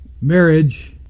Marriage